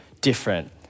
different